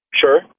Sure